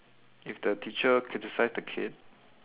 if the teacher criticise the kid